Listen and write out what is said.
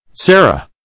Sarah